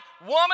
woman